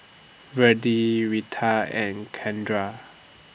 Virdie Retta and Kendra